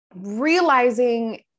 realizing